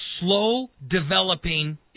slow-developing